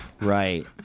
right